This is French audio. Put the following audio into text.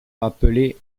appelé